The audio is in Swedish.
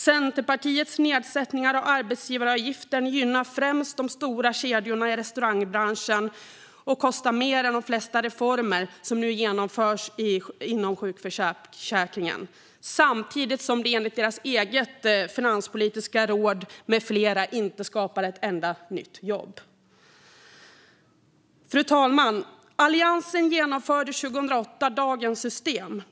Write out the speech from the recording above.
Centerpartiets nedsättning av arbetsgivaravgiften gynnar främst de stora kedjorna i restaurangbranschen och kostar mer än de flesta reformer som nu genomförs inom sjukförsäkringen - samtidigt som det enligt deras eget finanspolitiska råd med flera inte skapar ett enda nytt jobb. Fru talman! Alliansen genomförde 2008 dagens system.